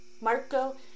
Marco